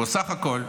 ובסך הכול,